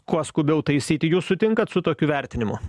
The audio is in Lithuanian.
kuo skubiau taisyti jūs sutinkat su tokiu vertinimu